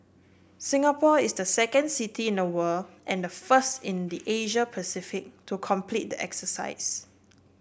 Singapore is the second city in the world and the first in the Asia Pacific to complete the exercise